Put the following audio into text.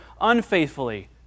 unfaithfully